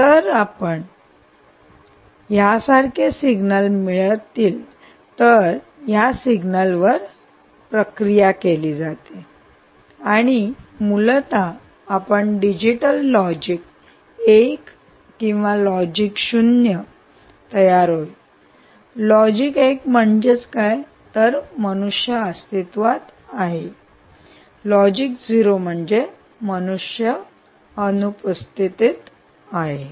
तर आपणास यासारखे सिग्नल मिळतील या सिग्नलवर प्रक्रिया केली जाते आणि मूलत आपण डिजिटल लॉजिक 1 किंवा लॉजिक 0 तयार होईल लॉजिक 1 म्हणजे मनुष्य अस्तित्त्वात आहे आणि लॉजिक 0 म्हणजे मनुष्य अनुपस्थित आहे